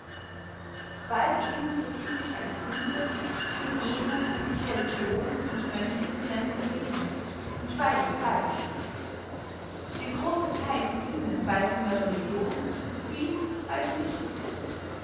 bald eben so glücklich als diese sind jene die sich religiosen und mönche zu nennen pflegen und beydes falsch ein grosser theil von ihnen weiß von der religion so viel als nichts